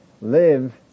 Live